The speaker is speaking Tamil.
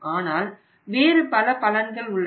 ஆனால் வேறு பல பலன்கள் உள்ளன